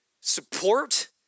support